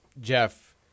Jeff